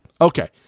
okay